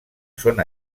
són